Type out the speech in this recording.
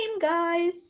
guys